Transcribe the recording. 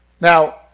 Now